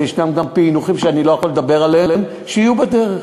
ויש גם פענוחים שאני לא יכול לדבר עליהם שיהיו בדרך,